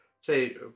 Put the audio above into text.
say